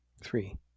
Three